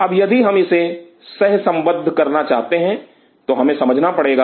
अब यदि हम इसे सहसम्बद्ध करना चाहते हैं तो हमें समझना पड़ेगा